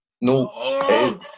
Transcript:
No